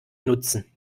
nutzen